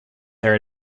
their